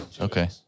Okay